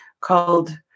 called